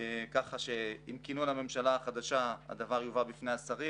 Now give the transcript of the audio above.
ככה שעם כינון הממשלה החדשה הדבר יובא בפני השרים.